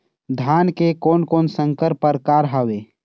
धान के कोन कोन संकर परकार हावे?